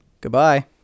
Goodbye